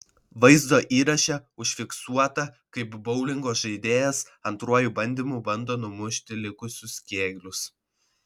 vaizdo įraše užfiksuota kaip boulingo žaidėjas antruoju bandymu bando numušti likusius kėglius